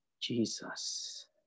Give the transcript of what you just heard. Jesus